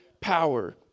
power